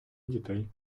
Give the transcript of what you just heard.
дітей